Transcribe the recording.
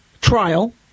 trial